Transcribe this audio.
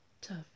tough